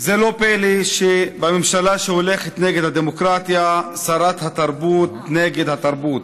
זה לא פלא שבממשלה שהולכת נגד הדמוקרטיה שרת התרבות היא נגד התרבות.